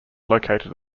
located